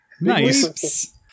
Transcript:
Nice